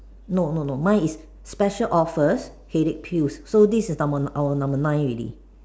no no no mine is special offer headache pills so this is the our number nine already